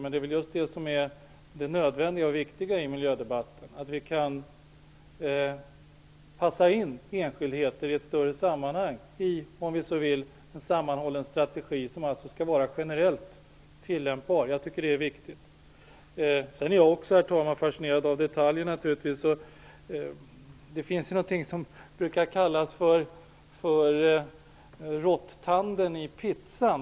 Men det är väl just det som är det nödvändiga och viktiga i miljödebatten, att vi kan passa in enskildheter i ett större sammanhang och, om vi så vill, i en sammanhållen strategi som alltså skall vara generellt tillämpbar. Jag tycker att detta är viktigt. Jag är naturligtvis också fascinerad av detaljer. Det brukar talas om rått-tanden i pizzan.